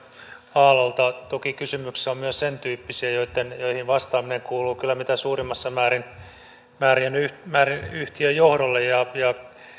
aallolta toki kysymyksissä on myös sentyyppisiä joihin vastaaminen kuuluu kyllä mitä suurimmassa määrin yhtiön johdolle ja